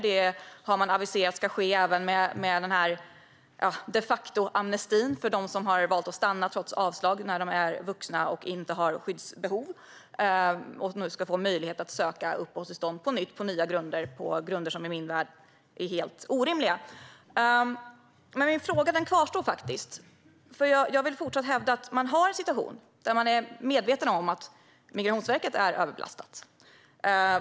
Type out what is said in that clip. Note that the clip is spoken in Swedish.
Det har man aviserat ska ske även med de facto-amnestin för dem som har valt att stanna trots avslag när de är vuxna och inte har skyddsbehov. De ska få möjlighet att söka uppehållstillstånd på nytt på nya grunder, grunder som i min värld är helt orimliga. Min fråga kvarstår. Jag vill fortsatt hävda att man har en situation där man är medveten om att Migrationsverket är överbelastat.